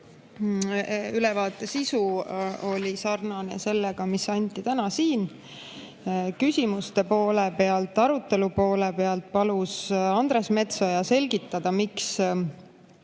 Ülevaate sisu oli sarnane sellega, mis anti täna siin. Küsimuste poole pealt, arutelu poole pealt palus Andres Metsoja selgitada, miks